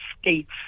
states